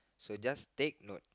so just take note